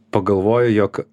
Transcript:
pagalvoju jog